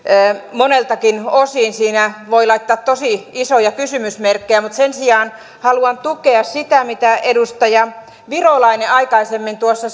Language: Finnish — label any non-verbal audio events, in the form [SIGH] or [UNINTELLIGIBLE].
moneltakin osin siihen voi laittaa tosi isoja kysymysmerkkejä mutta sen sijaan haluan tukea sitä mitä edustaja virolainen aikaisemmin tuossa [UNINTELLIGIBLE]